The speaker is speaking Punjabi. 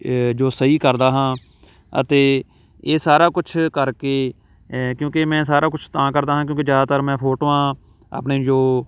ਜੋ ਸਹੀ ਕਰਦਾ ਹਾਂ ਅਤੇ ਇਹ ਸਾਰਾ ਕੁਛ ਕਰਕੇ ਕਿਉਂਕਿ ਮੈਂ ਸਾਰਾ ਕੁਛ ਤਾਂ ਕਰਦਾ ਹਾਂ ਕਿਉਂਕਿ ਜ਼ਿਆਦਾਤਰ ਮੈਂ ਫੋਟੋਆਂ ਆਪਣੇ ਜੋ